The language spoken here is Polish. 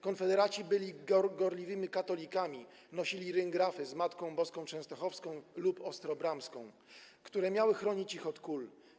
Konfederaci byli gorliwymi katolikami, nosili ryngrafy z Matką Boską Częstochowską lub Ostrobramską, które miały uchronić ich od kul.